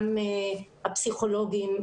גם הפסיכולוגים,